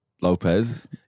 Lopez